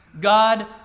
God